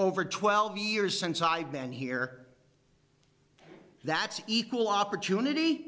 over twelve years since i've been here that's equal opportunity